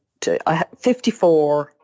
54